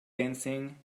dancing